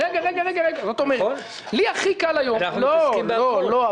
נכון, אנחנו מתעסקים בכול.